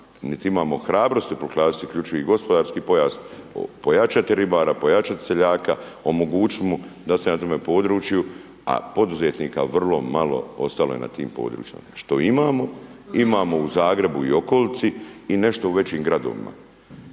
imamo hrabrosti proglasiti isključivi gospodarski pojas, pojačati ribara, pojačati seljaka, omogućiti mu da se na tom području, a poduzetnika vrlo malo ostalo je na tim područjima. Što imamo, imamo u Zagrebu i okolici i nešto u većim gradovima.